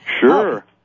Sure